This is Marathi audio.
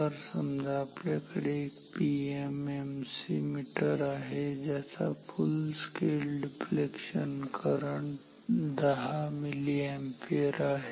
तर समजा आपल्याकडे एक पीएमएमसी मीटर आहे ज्याचा full scale deflection current 10 milliampere आहे